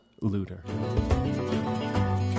looter